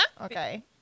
okay